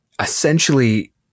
essentially